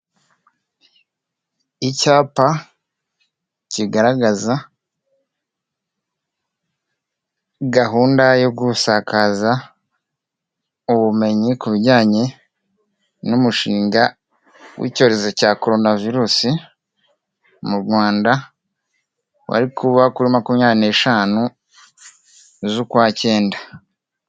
Icyapa kigaragaza gahunda yo gusakaza ubumenyi ku bijyanye n'umushinga w'icyorezo cya Korona virusi mu Rwanda, wari kuba kuri makumyabiri n'eshanu z'ukwa cyenda.